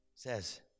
says